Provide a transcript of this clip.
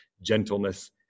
gentleness